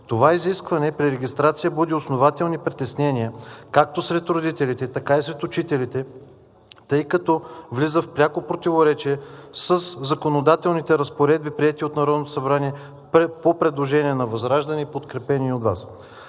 Това изискване при регистрация буди основателни притеснения както сред родителите, така и сред учителите, тъй като влиза в пряко противоречие със законодателните разпоредби, приети от Народното събрание по предложение на ВЪЗРАЖДАНЕ и подкрепени от Вас.